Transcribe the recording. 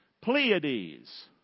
Pleiades